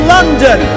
London